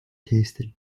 tasted